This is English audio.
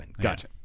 Gotcha